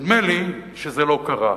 נדמה לי שזה לא קרה.